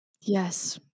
Yes